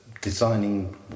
designing